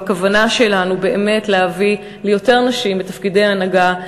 בכוונה שלנו באמת להביא ליותר נשים בתפקידי הנהגה,